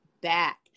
back